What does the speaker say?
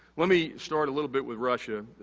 let me start a little bit with russia.